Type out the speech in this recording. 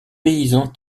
paysan